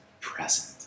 present